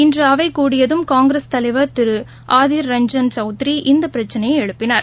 இன்று அவை கூடியதும் காங்கிரஸ் தலைவர் திரு ஆதிர் ரஞ்ஜன் சௌத்திரி இந்த பிரச்சினையை எழுப்பினார்